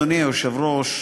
אדוני היושב-ראש,